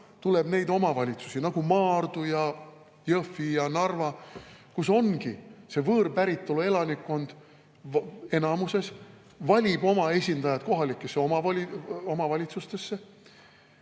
selliseid omavalitsusi nagu Maardu ja Jõhvi ja Narva, kus ongi võõrpäritolu elanikkond enamuses. Nad valivad oma esindajad kohalikesse omavalitsustesse